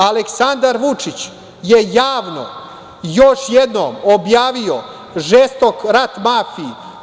Aleksandar Vučić je javno još jednom objavio žestok rat mafiji.